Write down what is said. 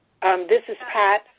and this is pat.